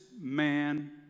man